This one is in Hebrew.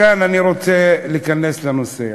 מכאן אני רוצה להיכנס לנושא.